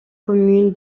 commune